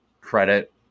credit